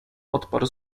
odparł